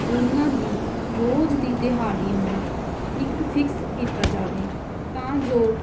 ਉਹਨਾਂ ਦੀ ਰੋਜ਼ ਦੀ ਦਿਹਾੜੀ ਨੂੰ ਇੱਕ ਫਿਕਸ ਕੀਤਾ ਜਾਵੇ ਤਾਂ ਜੋ